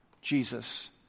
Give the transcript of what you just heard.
Jesus